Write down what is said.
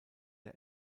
der